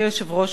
אדוני היושב-ראש,